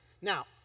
Now